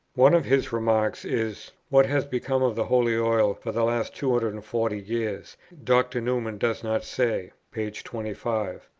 one of his remarks is, what has become of the holy oil for the last two hundred and forty years, dr. newman does not say, p. twenty five.